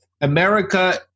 America